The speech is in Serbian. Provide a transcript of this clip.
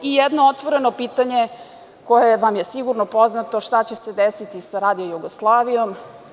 I jedno otvoreno pitanje koje vam je sigurno poznato – šta će se desiti sa Radio Jugoslavijom?